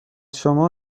شما